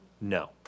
No